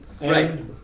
Right